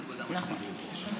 זאת בדיוק הנקודה, מה שדיברו פה.